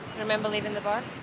remember leaving the bar?